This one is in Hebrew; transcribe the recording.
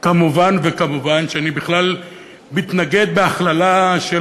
כמובן וכמובן אני בכלל מתנגד להכללה של